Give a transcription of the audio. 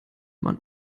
man